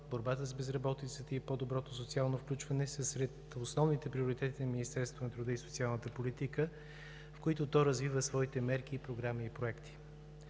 борбата с безработицата и по-доброто социално включване са сред основните приоритети на Министерството на труда и социалната политика, в които то развива своите мерки, програми и проекти.